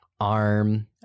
arm